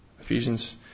Ephesians